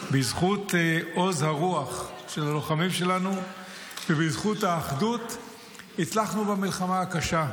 בזכות עוז הרוח של הלוחמים שלנו ובזכות האחדות הצלחנו במלחמה הקשה.